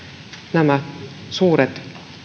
nämä suuret